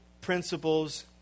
principles